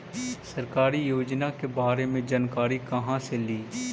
सरकारी योजना के बारे मे जानकारी कहा से ली?